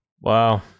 Wow